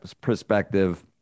perspective